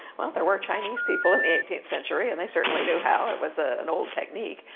well, there were chinese people in the eighteenth century, and they certainly knew how, it was ah an old technique.